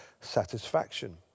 satisfaction